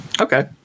Okay